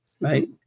right